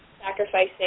sacrificing